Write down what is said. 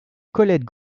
colette